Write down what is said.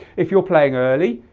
if you're playing early,